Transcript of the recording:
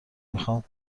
میخوام